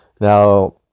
Now